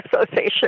Association